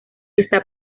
está